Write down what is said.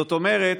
זאת אומרת,